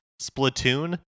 splatoon